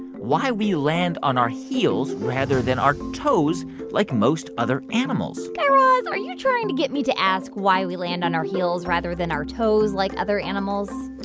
why we land on our heels rather than our toes like most other animals guy raz, are you trying to get me to ask why we land on our heels rather than our toes like other animals?